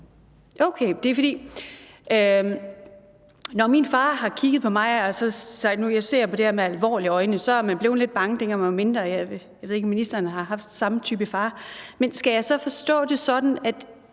Okay, det er, fordi da min far kiggede på mig og sagde, at han så på noget med alvorlige øjne, så blev man lidt bange, dengang man var mindre. Jeg ved ikke, om ministeren har haft samme type far, men skal jeg så forstå det sådan, at